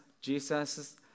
Jesus